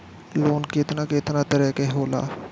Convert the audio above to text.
Loan केतना केतना तरह के होला?